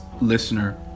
listener